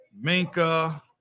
Minka